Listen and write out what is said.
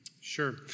sure